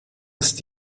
ist